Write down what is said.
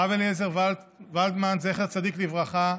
הרב אליעזר ולדמן, זכר צדיק לברכה,